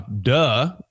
duh